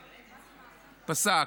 פסק,